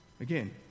Again